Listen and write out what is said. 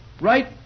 Right